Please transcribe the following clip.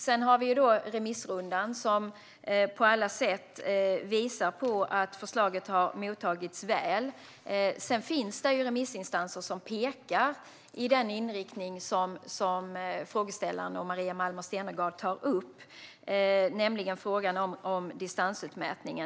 Vi har remissrundan som på alla sätt visar att förslaget har mottagits väl, även om det finns remissinstanser som pekar i den riktning som Maria Malmer Stenergard tar upp, nämligen frågan om distansutmätningen.